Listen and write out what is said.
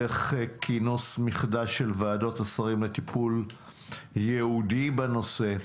דרך כינוס מחדש של ועדות השרים לטיפול ייעודי בנושא,